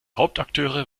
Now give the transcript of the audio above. hauptakteure